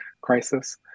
crisis